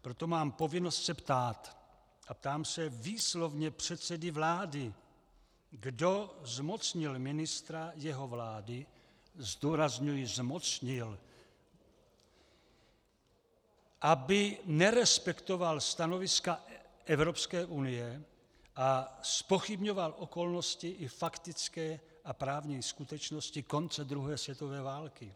Proto mám povinnost se ptát, a ptám se výslovně předsedy vlády, kdo zmocnil ministra jeho vlády zdůrazňuji zmocnil , aby nerespektoval stanoviska Evropské unie a zpochybňoval okolnosti i faktické a právní skutečnosti konce druhé světové války.